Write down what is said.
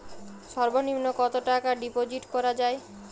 সর্ব নিম্ন কতটাকা ডিপোজিট করা য়ায়?